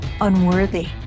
unworthy